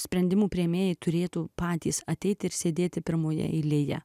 sprendimų priėmėjai turėtų patys ateiti ir sėdėti pirmoje eilėje